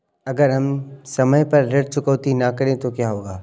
अगर हम समय पर ऋण चुकौती न करें तो क्या होगा?